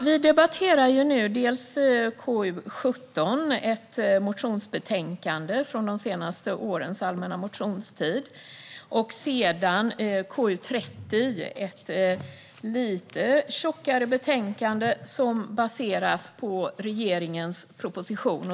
Vi debatterar nu dels KU17, ett motionsbetänkande från det senaste årets allmänna motionstid, dels KU30, ett lite tjockare betänkande som baseras på regeringens proposition.